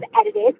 edited